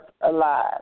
alive